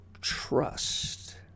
trust